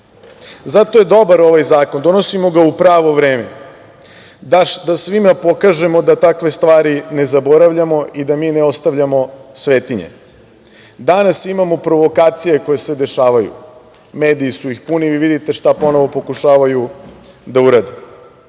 je dobar ovaj zakon. Donosimo ga u pravo vreme da svima pokažemo da takve stvari ne zaboravljamo i da mi ne ostavljamo svetinje. Danas imamo provokacije koje se dešavaju. Mediji su ih puni i vi vidite šta ponovo pokušavaju da urade.